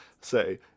say